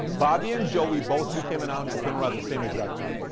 bobby and joey both became an entrepreneur at the same exact time.